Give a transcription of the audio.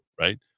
right